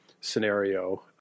scenario